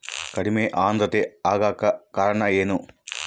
ಕಡಿಮೆ ಆಂದ್ರತೆ ಆಗಕ ಕಾರಣ ಏನು?